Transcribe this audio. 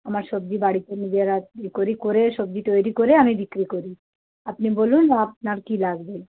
আমার সবজি বাড়িতে নিজেরা ইয়ে করি করে সবজি তৈরি করে আমি বিক্রি করি আপনি বলুন আপনার কী লাগবে